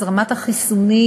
אז רמת החיסונים,